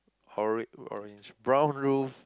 horan~ orange brown roof